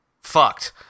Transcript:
fucked